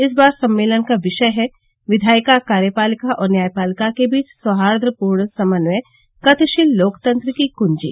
इस बार सम्मेलन का विषय है विधायिका कार्यपालिका और न्यायपालिका के बीच सौहाईपूर्ण समन्वय गतिशील लोकतंत्र की कंजी